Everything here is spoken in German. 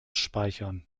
speichern